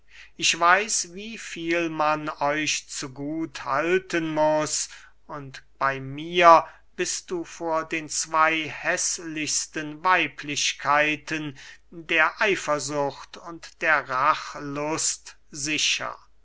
ich weiß wie viel man euch zu gut halten muß und bey mir bist du vor den zwey häßlichsten weiblichkeiten der eifersucht und der rachlust sicher